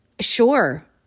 sure